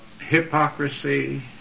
hypocrisy